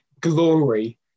glory